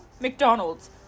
McDonald's